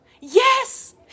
Yes